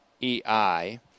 E-I